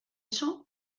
eso